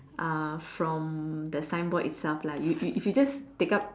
uh from the signboard itself lah you you you if you just take up